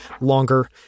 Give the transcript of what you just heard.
longer